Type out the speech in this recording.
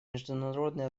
международные